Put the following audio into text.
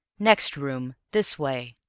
next room. this way.